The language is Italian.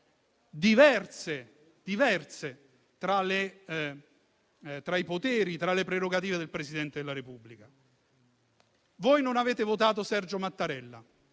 diversi poteri e prerogative del Presidente della Repubblica. Voi non avete votato Sergio Mattarella,